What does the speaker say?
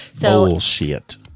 Bullshit